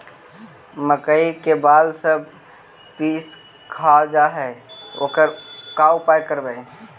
मकइ के बाल सब पशी खा जा है ओकर का उपाय करबै?